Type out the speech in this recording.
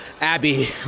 Abby